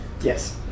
Yes